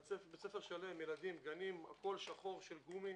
בית ספר שלם ילדים, גנים, הכול שחור של גומי.